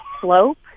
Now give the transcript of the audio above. slope